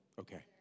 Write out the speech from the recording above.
Okay